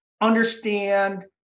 understand